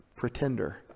pretender